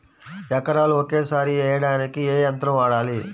ఎకరాలు ఒకేసారి వేయడానికి ఏ యంత్రం వాడాలి?